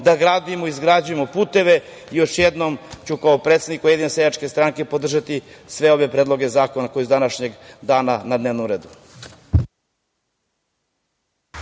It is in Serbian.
da gradimo i izgrađujemo puteve. Još jednom ću, kao predsednik Ujedinjene seljačke stranke, podržati sve ove predloge zakona koji su današnjeg dana na dnevnom redu.